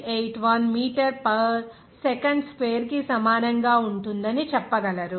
81 metre per second square కి సమానంగా ఉంటుందని చెప్పగలరు